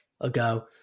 ago